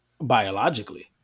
biologically